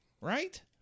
right